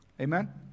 Amen